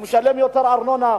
הוא משלם יותר ארנונה,